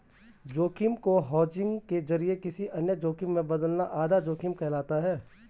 जोखिम को हेजिंग के जरिए किसी अन्य जोखिम में बदलना आधा जोखिम कहलाता है